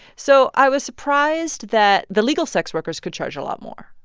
so i was surprised that the legal sex workers could charge a lot more.